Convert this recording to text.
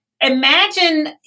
imagine